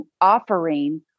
offering